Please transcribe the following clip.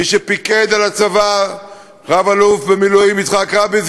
מי שפיקד על הצבא היה רב-אלוף במילואים יצחק רבין,